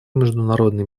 международной